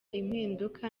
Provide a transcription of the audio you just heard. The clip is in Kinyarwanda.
impinduka